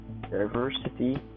diversity